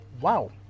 Wow